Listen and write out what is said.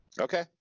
Okay